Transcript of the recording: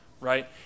right